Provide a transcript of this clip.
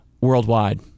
worldwide